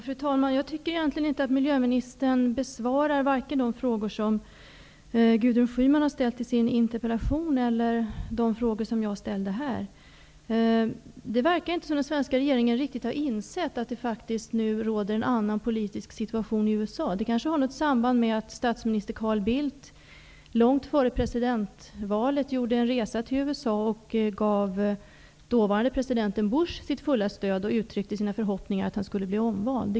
Fru talman! Jag tycker egentligen inte att miljöministern besvarar vare sig de frågor Gudrun Schyman har ställt i sin interpellation eller de frågor som jag ställer här. Det verkar inte som om den svenska regeringen riktigt har insett att det nu råder en annan politisk situation i USA. Det kanske har ett samband med att statsminister Carl Bildt långt före presidentvalet gjorde en resa till USA och gav dåvarande presidenten Bush sitt fulla stöd och uttryckte sin förhoppning att han skulle bli omvald.